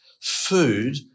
food